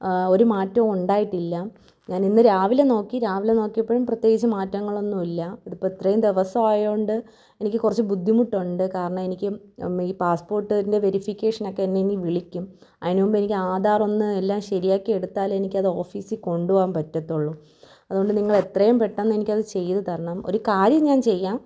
ഒരു മാറ്റോം ഉണ്ടായിട്ടില്ല ഞാനിന്ന് രാവിലെ നോക്കി രാവിലെ നോക്കിയപ്പോഴും പ്രത്യേകിച്ച് മാറ്റങ്ങളൊന്നുമില്ല ഇതിപ്പിത്രയും ദിവസായോണ്ട് എനിക്ക് കുറച്ച് ബുദ്ധിമുട്ടുണ്ട് കാരണം എനിക്ക് ഈ പാസ്സ്പോർട്ടിൻ്റെ വെരിഫിക്കേഷനക്കെ എന്നെ ഇനി വിളിക്കും അതിന് മുമ്പ് എനിക്കാധാറൊന്ന് എല്ലാം ശരിയാക്കിയെടുത്താലത് എനിക്ക് ഓഫീസി കൊണ്ട് പോകാൻ പറ്റാത്തൊള്ളൂ അതുകൊണ്ട് നിങ്ങളെത്രയും പെട്ടന്നെനിക്കത് ചെയ്ത് തരണം ഒരു കാര്യം ഞാൻ ചെയ്യാം